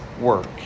work